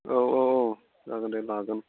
औ औ औ जागोन दे लागोन